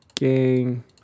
Gang